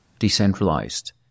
decentralized